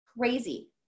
crazy